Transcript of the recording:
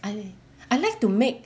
I I like to make